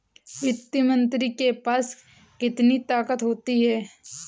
वित्त मंत्री के पास कितनी ताकत होती है?